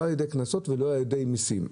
לא על ידי קנסות ולא על ידי מיסים.